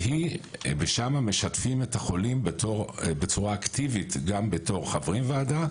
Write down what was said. שם משתפים את החולים בצורה אקטיבית גם בתור חברי ועדה,